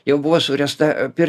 jau buvo suręsta pirtelė